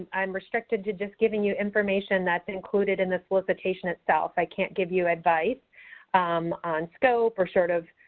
i'm restricted to just giving you information that's included in the solicitation itself. i can't give you advice on scope or, sort of,